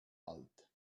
alt